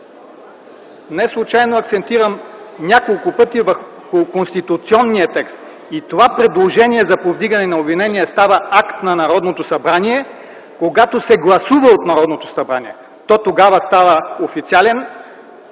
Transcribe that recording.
Неслучайно акцентирам няколко пъти върху конституционния текст и това предложение за повдигане на обвинение става акт на Народното събрание, когато се гласува от Народното събрание. То тогава става официален